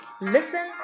Listen